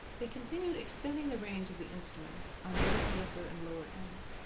they continued extending the range of the instrument on both the upper and lower ends,